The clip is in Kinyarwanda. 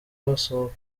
basohoka